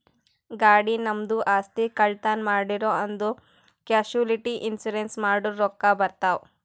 ಗಾಡಿ, ನಮ್ದು ಆಸ್ತಿ, ಕಳ್ತನ್ ಮಾಡಿರೂ ಅಂದುರ್ ಕ್ಯಾಶುಲಿಟಿ ಇನ್ಸೂರೆನ್ಸ್ ಮಾಡುರ್ ರೊಕ್ಕಾ ಬರ್ತಾವ್